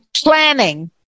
planning